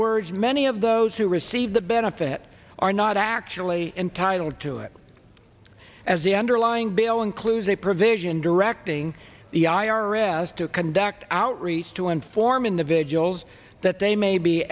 words many of those who receive the benefit are not actually entitled to it as the underlying bill includes a provision directing the i r s to conduct outreach to inform individuals that they may be